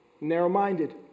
narrow-minded